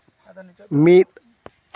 ᱢᱤᱫ